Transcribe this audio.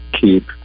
keep